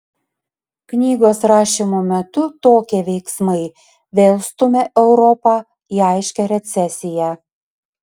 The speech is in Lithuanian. knygos rašymo metu tokie veiksmai vėl stumia europą į aiškią recesiją